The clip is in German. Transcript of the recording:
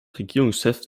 regierungschefs